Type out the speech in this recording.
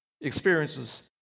experiences